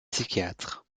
psychiatre